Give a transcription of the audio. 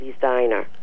diner